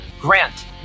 Grant